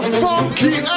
funky